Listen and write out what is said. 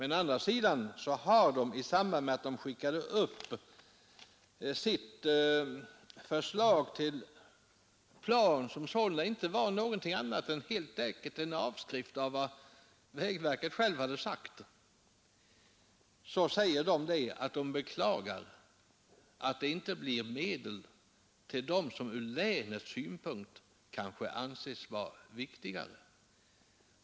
Å andra sidan har länsstyrelsen framhållit i samband med att den skickade upp sitt förslag till plan — som inte var någonting annat än helt enkelt en avskrift av vad vägverket självt hade sagt — att man beklagar att det inte blir medel till vägar som ur länets synpunkt kan anses vara viktigare.